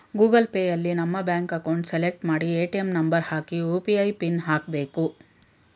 Google ಪೇಯಲ್ಲಿ ನಮ್ಮ bank account select ಮಾಡಿ ಎ.ಟಿ.ಎಂ ನಂಬರ್ ಹಾಕಿ ಯು.ಪಿ.ಐ ಪಿನ್ ಹಾಕ್ಬೇಕು